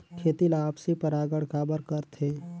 खेती ला आपसी परागण काबर करथे?